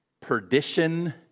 perdition